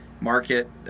market